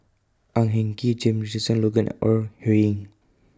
Ang Hin Kee James Richardson Logan and Ore Huiying